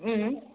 उम्